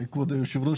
כבוד היושב-ראש,